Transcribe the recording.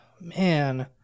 Man